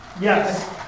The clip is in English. Yes